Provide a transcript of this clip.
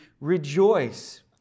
rejoice